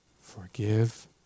forgive